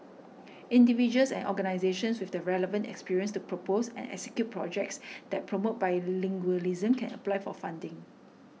individuals and organisations with the relevant experience to propose and execute projects that promote bilingualism can apply for funding